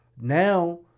Now